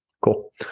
Cool